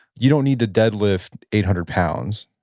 you don't need to dead lift eight hundred pounds,